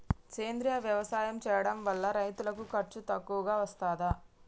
సేంద్రీయ వ్యవసాయం చేయడం వల్ల రైతులకు ఖర్చు తక్కువగా వస్తదా?